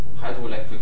hydroelectric